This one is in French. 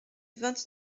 vingt